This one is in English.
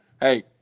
hey